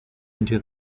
into